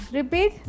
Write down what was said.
Repeat